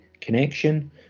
connection